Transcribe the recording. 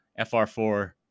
FR4